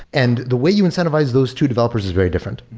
and the way you incentivize those two developers is very different.